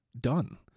done